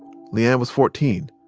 le-ann was fourteen.